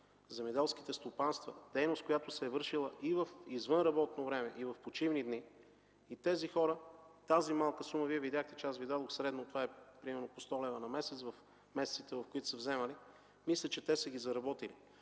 земеделските стопанства – дейност, която се е вършела и в извънработно време, и в почивни дни, тези хора, тази малка сума, Вие видяхте, че аз Ви дадох средно, това е, примерно по 100 лева на месец в месеците, в които са вземани, мисля, че те са ги заработили.